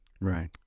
Right